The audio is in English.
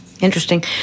Interesting